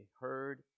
heard